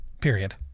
Period